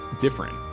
different